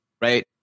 right